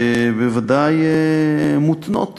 בוודאי מותנות